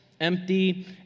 empty